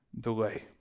delay